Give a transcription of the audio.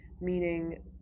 meaning